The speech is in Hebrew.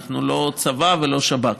אנחנו לא צבא ולא שב"כ.